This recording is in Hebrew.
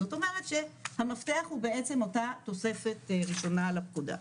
זאת אומרת שהמפתח הוא בעצם אותה תוספת ראשונה לפקודה,